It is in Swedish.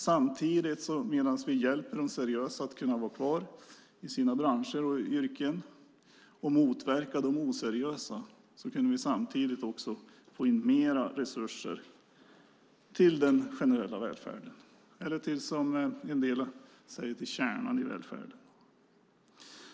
Samtidigt som vi hjälper de seriösa att vara kvar i branscher och yrken och motverkar de oseriösa kan vi få in mer resurser till den generella välfärden - eller som en del säger till kärnan i välfärden.